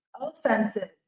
offensive